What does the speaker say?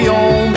on